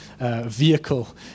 vehicle